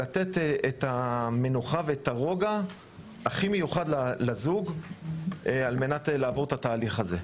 ועל מנת לתת את המנוחה ואת הרוגע לזוג בתהליך הזה.